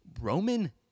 roman